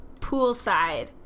poolside